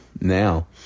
now